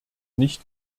nicht